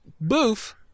Boof